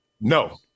No